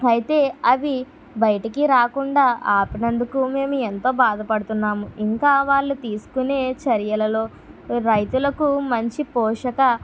అయితే అవి బయటికి రాకుండా ఆపినందుకు మేము ఎంతో బాధ పడుతున్నాము ఇంకా వాళ్ళు తీసుకునే చర్యలలో రైతులకు మంచి పోషక